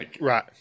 Right